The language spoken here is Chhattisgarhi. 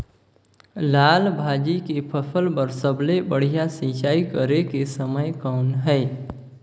लाल भाजी के फसल बर सबले बढ़िया सिंचाई करे के समय कौन हे?